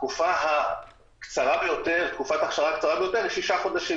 תקופת ההכשרה הקצרה ביותר היא שישה חודשים,